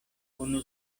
unu